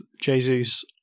Jesus